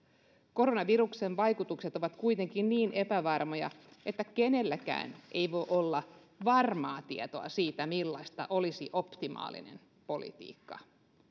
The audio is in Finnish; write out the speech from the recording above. koronaviruksen vaikutukset ovat kuitenkin niin epävarmoja että kenelläkään ei voi olla varmaa tietoa siitä millaista olisi optimaalinen politiikka